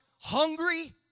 hungry